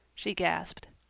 she gasped.